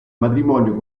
matrimonio